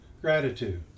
gratitude